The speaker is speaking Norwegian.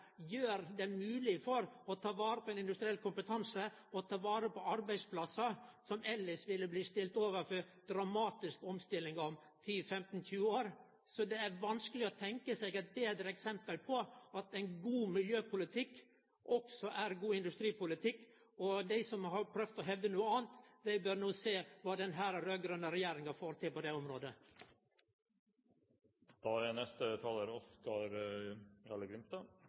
gjer det mogleg å ta vare på ein industriell kompetanse og å ta vare på arbeidsplassar som elles ville blitt stilte overfor dramatiske omstillingar om 10–15–20 år. Det er vanskeleg å tenkje seg eit betre eksempel på at ein god miljøpolitikk òg er god industripolitikk. Dei som har prøvd å hevde noko anna, bør no sjå kva den raud-grøne regjeringa får til på det